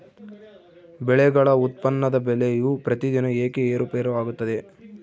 ಬೆಳೆಗಳ ಉತ್ಪನ್ನದ ಬೆಲೆಯು ಪ್ರತಿದಿನ ಏಕೆ ಏರುಪೇರು ಆಗುತ್ತದೆ?